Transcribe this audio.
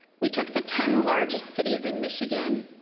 we took the ten largest cities in michigan,